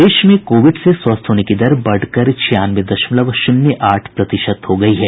प्रदेश में कोविड से स्वस्थ होने की दर बढ़कर छियानवे दशमलव शून्य आठ प्रतिशत हो गई है